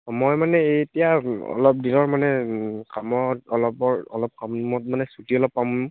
অ' মই মানে এতিয়া অলপ দিনৰ মানে কামত অলপৰ অলপ কামত মানে ছুটি অলপ পাম